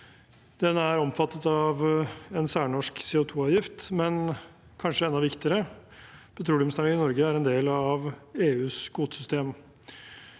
Den er omfattet av en særnorsk CO2-avgift, men kanskje enda viktigere: Petroleumsnæringen i Norge er en del av EUs kvotesystem.